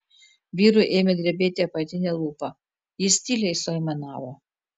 vyrui ėmė drebėti apatinė lūpa jis tyliai suaimanavo